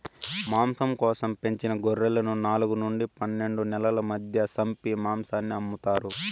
మాంసం కోసం పెంచిన గొర్రెలను నాలుగు నుండి పన్నెండు నెలల మధ్య సంపి మాంసాన్ని అమ్ముతారు